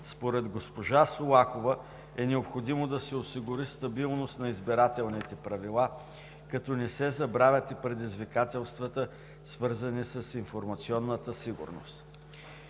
Според госпожа Солакова е необходимо да се осигури стабилност на избирателните правила, като не се забравят и предизвикателствата, свързани с информационната сигурност.